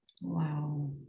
Wow